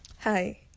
Hi